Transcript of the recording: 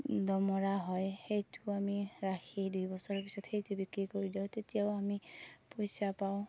দমৰা হয় সেইটো আমি ৰাখি দুই বছৰ পিছত সেইটো বিক্ৰী কৰি দিওঁ তেতিয়াও আমি পইচা পাওঁ